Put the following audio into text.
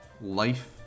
life